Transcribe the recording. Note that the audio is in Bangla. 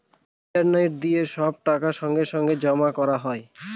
ইন্টারনেট দিয়ে সব টাকা সঙ্গে সঙ্গে জমা করা হয়